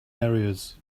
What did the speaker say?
arrears